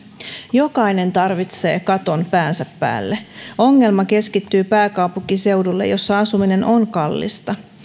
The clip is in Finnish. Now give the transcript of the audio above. jokainen tarvitsee katon päänsä päälle ongelma keskittyy pääkaupunkiseudulle jossa asuminen on kallista